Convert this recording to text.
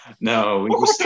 no